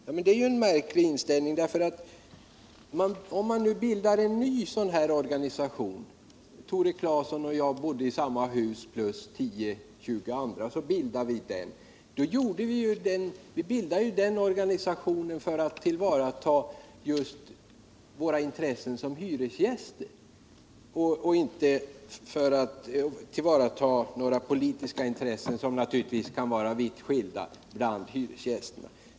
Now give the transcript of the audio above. Det tycker jag är en märklig inställning, för om vi tar exemplet att Tore Claeson och jag plus tio eller tjugo andra hyresgäster bildade en hyresgästorganisation, så gjorde vi ju det för att tillvarata just våra intressen som hyresgäster och inte för att tillvarata politiska intressen, vilka naturligtvis kan vara vitt skilda bland hyresgästerna.